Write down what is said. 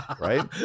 right